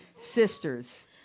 Sisters